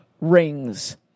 rings